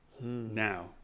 now